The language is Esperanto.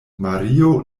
mario